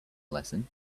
lesson